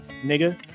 nigga